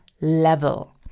level